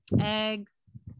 Eggs